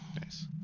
Nice